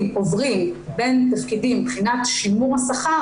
עוברים בין תפקידים מבחינת שימור השכר,